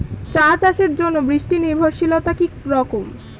চা চাষের জন্য বৃষ্টি নির্ভরশীলতা কী রকম?